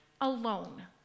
alone